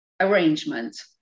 arrangement